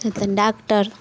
तखन डॉक्टर